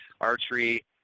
archery